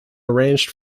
arranged